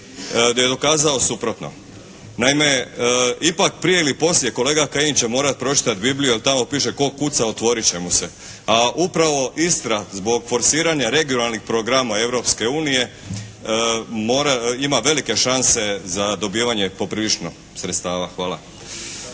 je dokazao suprotno. Naime, ipak prije ili poslije će kolega Kajin morati pročitati Bibliju jer tamo piše: "Tko kuca otvorit će mu se.". A upravo Istra zbog forsiranja regionalnih programa Europske unije ima velike šanse za dobivanje poprilično sredstava. Hvala.